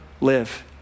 live